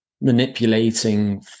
manipulating